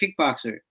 kickboxer